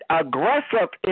aggressive